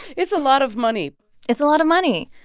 it's a lot of money it's a lot of money.